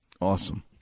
Awesome